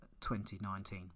2019